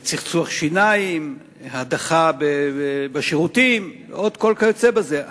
צחצוח שיניים, הדחה בשירותים וכיוצא בזה.